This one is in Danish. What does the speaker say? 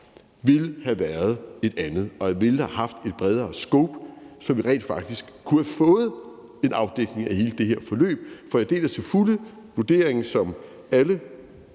ville have været et andet og ville have haft et bredere scope, så vi rent faktisk kunne have fået en afdækning af hele det her forløb. For jeg deler til fulde vurderingen, som alle